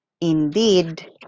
indeed